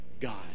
God